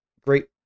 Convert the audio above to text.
great